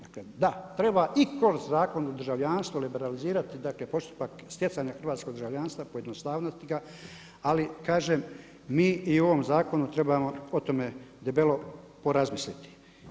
Dakle, da treba i kroz Zakon o državljanstvu liberalizirati postupak stjecanja hrvatskog državljanstva, pojednostaviti ga, ali kažem mi i u ovom zakonu trebamo o tome debelo porazmisliti.